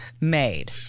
made